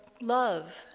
love